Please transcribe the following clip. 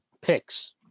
picks